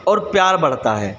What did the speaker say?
और प्यार बढ़ता है